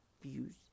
views